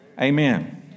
Amen